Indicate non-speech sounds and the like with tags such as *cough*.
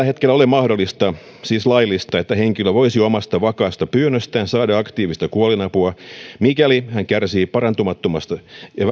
*unintelligible* hetkellä ole mahdollista siis laillista että henkilö voisi omasta vakaasta pyynnöstään saada aktiivista kuolinapua mikäli hän kärsii parantumattomasta